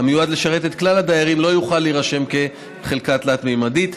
המיועד לשרת את כלל הדיירים לא יוכלו להירשם כחלקה תלת-ממדית.